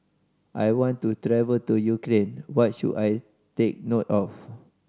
I want to travel to Ukraine what should I take note of